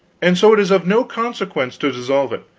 and so it is of no consequence to dissolve it.